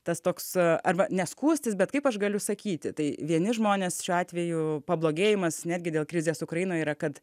tas toks arba ne skųstis bet kaip aš galiu sakyti tai vieni žmonės šiuo atveju pablogėjimas netgi dėl krizės ukrainoj yra kad